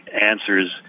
answers